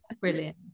Brilliant